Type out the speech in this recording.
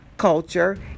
culture